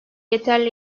yeterli